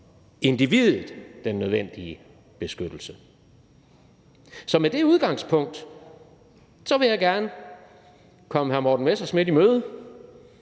individet den nødvendige beskyttelse. Så med det udgangspunkt vil jeg gerne komme hr. Morten Messerschmidt i møde,